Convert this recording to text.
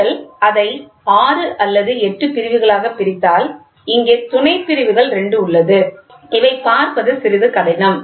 நீங்கள் அதை 6 அல்லது 8 பிரிவுகளாகப் பிரித்தால் இங்கே துணைப்பிரிவுகள் 2 உள்ளது இவை பார்ப்பது சிறிது கடினம்